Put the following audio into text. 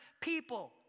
people